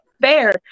fair